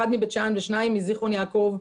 אחד מבית שאן ושניים מזיכרון יעקב,